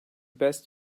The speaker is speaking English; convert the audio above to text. best